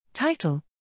Title